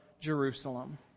Jerusalem